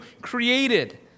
created